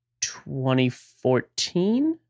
2014